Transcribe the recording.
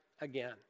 again